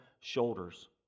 shoulders